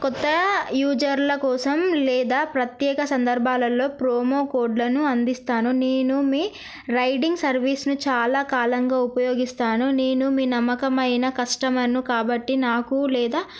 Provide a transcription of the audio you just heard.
కొత్త యూజర్ల కోసం లేదా ప్రత్యేక సందర్భాలలో ప్రోమో కోడ్లను అందిస్తాను నేను మీ రైడింగ్ సర్వీస్ను చాలా కాలంగా ఉపయోగిస్తాను నేను మీ నమ్మకమైన కస్టమర్ను కాబట్టి నాకు లేదా